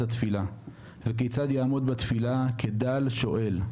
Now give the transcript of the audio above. התפילה וכיצד יעמוד בתפילה כדל שואל.